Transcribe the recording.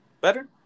Better